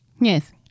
Yes